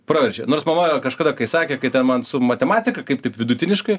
praverčia nors mama kažkada kai sakė kai ten man su matematika kaip taip vidutiniškai